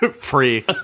Free